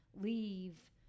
leave